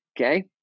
Okay